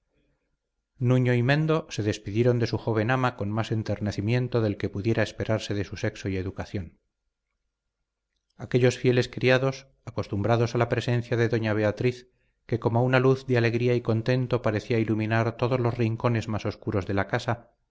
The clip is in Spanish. nuño y mendo se despidieron de su joven ama con más enternecimiento del que pudiera esperarse de su sexo y educación aquellos fieles criados acostumbrados a la presencia de doña beatriz que como una luz de alegría y contento parecía iluminar todos los rincones más oscuros de la casa